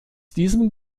diesem